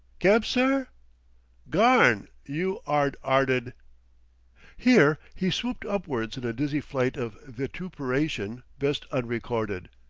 kebsir. garn, you ard-'arted here he swooped upwards in a dizzy flight of vituperation best unrecorded.